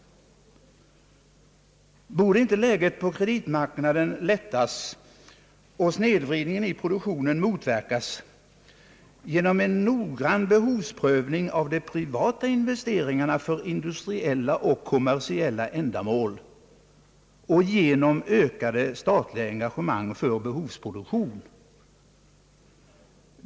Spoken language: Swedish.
Borde inte läget på kreditmarknaden lättas och snedvridningen i produktionen motverkas genom en noggrann behovsprövning av de privata investeringarna för industriella och kommersiella ändamål och genom ökade statliga engagemang för behovsproduktion?